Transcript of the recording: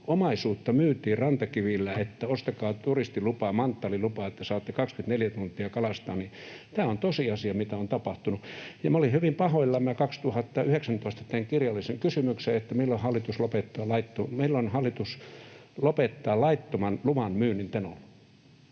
omaisuutta myytiin rantakivillä, että ostakaa turistilupa, manttaalilupa, että saatte 24 tuntia kalastaa. Tämä on tosiasia, mitä on tapahtunut. Minä olin hyvin pahoillani. Tein 2019 kirjallisen kysymyksen, milloin hallitus lopettaa laittoman luvanmyynnin Tenolla.